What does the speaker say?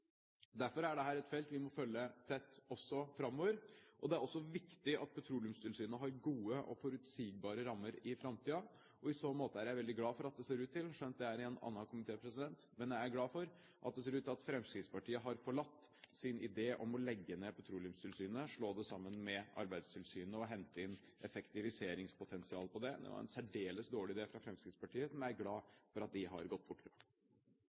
Derfor er dette et felt vi må følge tett framover, og det er også viktig at Petroleumstilsynet har gode og forutsigbare rammer i framtiden. I så måte er jeg veldig glad for at det ser ut til – skjønt jeg er i en annen komité – at Fremskrittspartiet har forlatt sin idé om å legge ned Petroleumstilsynet, slå det sammen med Arbeidstilsynet og hente inn effektiviseringspotensial på det. Det var en særdeles dårlig idé fra Fremskrittspartiet, som jeg er glad for at de har